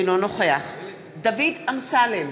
אינו נוכח דוד אמסלם,